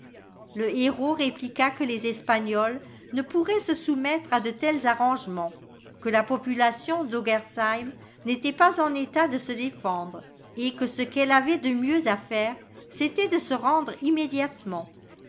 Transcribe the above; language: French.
le héraut répliqua que les espagnols ne pourraient se soumettre à de tels arrangements que la population d'ogersheim n'était pas en état de se défendre et que ce qu'elle avait de mieux à faire c'était de se rendre immédiatement